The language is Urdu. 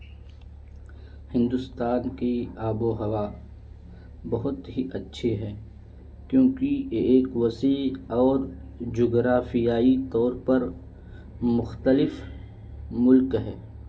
ہندوستان کی آب و ہوا بہت ہی اچھی ہے کیونکہ یہ ایک وسیع اور جغرافیائی طور پر مختلف ملک ہے